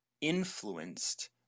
influenced